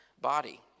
body